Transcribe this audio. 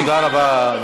תודה רבה.